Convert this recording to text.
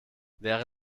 wäre